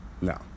No